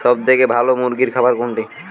সবথেকে ভালো মুরগির খাবার কোনটি?